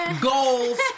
Goals